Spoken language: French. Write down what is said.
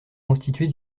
constituée